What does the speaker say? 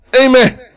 Amen